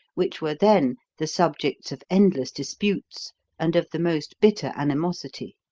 which were then the subjects of endless disputes and of the most bitter animosity.